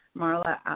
Marla